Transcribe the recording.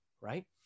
Right